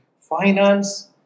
Finance